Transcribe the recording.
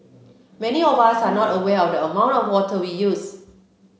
many of us are not aware of the amount of water we use